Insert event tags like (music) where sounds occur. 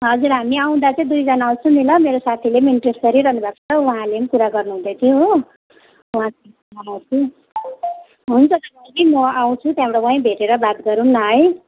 हजुर हामी आउँदा चाहिँ दुईजना आउँछौँ नि ल मेरो साथीले पनि इन्ट्रेस गरिरहनुभएको छ उहाँले पनि कुरा गर्नुहुँदै थियो हो उहाँ (unintelligible) हुन्छ त बहिनी म आउँछु त्यहाँबाट वहीँ भेटेर बात गरौँ न है